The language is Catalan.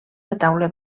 retaule